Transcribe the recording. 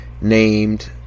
named